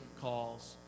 calls